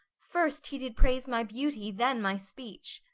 first he did praise my beauty, then my speech.